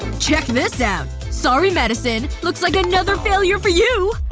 check this out! sorry madison. looks like another failure for you.